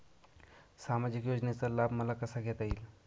सामाजिक योजनेचा लाभ मला कसा घेता येईल?